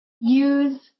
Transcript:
use